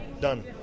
done